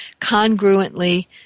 congruently